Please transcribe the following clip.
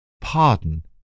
pardon